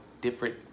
different